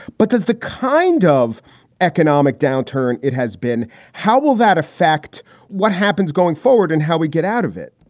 but does the kind of economic downturn it has been? how will that affect what happens going forward and how we get out of it?